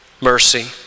mercy